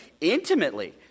intimately